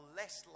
less